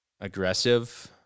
aggressive